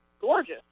gorgeous